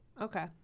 Okay